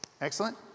Excellent